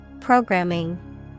Programming